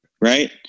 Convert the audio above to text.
Right